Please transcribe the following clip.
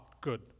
good